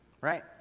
Right